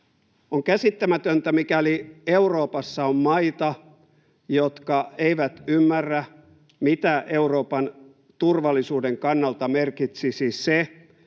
On käsittämätöntä, mikäli Euroopassa on maita, jotka eivät ymmärrä, mitä Euroopan turvallisuuden kannalta merkitsisi se,